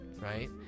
right